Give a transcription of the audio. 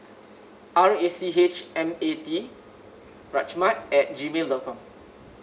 R A C H M A T rachmat at G mail dot com